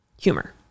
humor